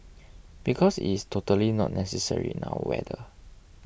because it's totally not necessary in our weather